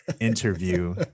interview